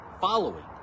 following